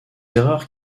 erreurs